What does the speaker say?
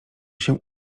się